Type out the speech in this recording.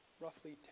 roughly